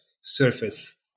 surface